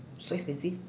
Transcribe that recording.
so expensive